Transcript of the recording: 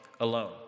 alone